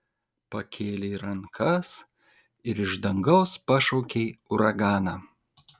pakėlei rankas ir iš dangaus pašaukei uraganą